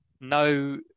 no